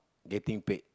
getting paid